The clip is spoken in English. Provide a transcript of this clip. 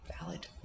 valid